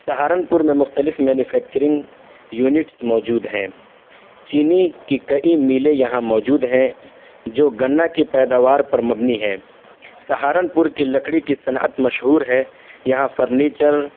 سہارنپور میں مختلف manufacturing units موجود ہے چینی کی کئی میلیں یہاں موجود ہیں جو گنا کی پیداوار پر مبنی ہے سہارنپور کی لکڑی کی صنعت مشہور ہے یہاں فرنیچر